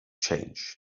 change